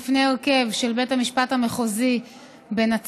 בפני הרכב של בית המשפט המחוזי בנצרת.